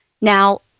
Now